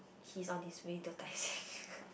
he's on his way to Tai-Seng